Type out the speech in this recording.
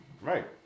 right